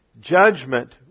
judgment